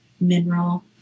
mineral